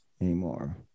anymore